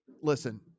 listen